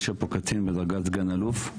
יושב פה קצין בדרגת סגן אלוף,